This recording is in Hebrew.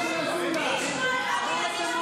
למה אתם מעתיקים?